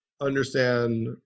understand